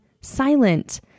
silent